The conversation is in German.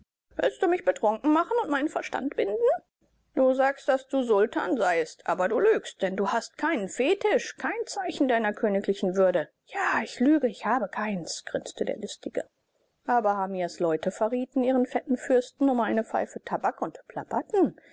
willst du mich betrunken machen und meinen verstand binden du sagst daß du sultan seiest aber du lügst denn du hast keinen fetisch kein zeichen deiner königlichen würde ja ich lüge ich habe keins grinste der listige aber hamias leute verrieten ihren fetten fürsten um eine pfeife tabak und